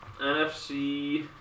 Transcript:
NFC